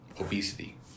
obesity